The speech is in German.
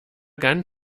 ganz